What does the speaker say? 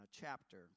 chapter